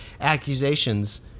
accusations